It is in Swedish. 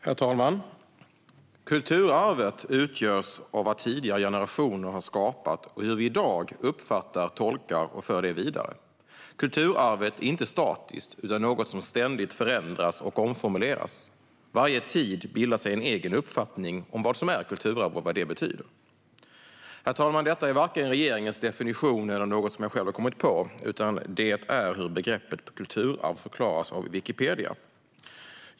Herr talman! Kulturarvet utgörs av vad tidigare generationer skapat och hur vi i dag uppfattar, tolkar och för det vidare. Kulturarvet är inte statiskt utan något som ständigt förändras och omformuleras. Varje tid bildar sig en egen uppfattning om vad som är kulturarv och vad det betyder. Herr talman! Detta är varken regeringens definition eller något jag själv kommit på, utan det är hur begreppet kulturarv förklaras av Wikipedia.